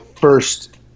first